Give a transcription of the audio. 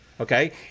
okay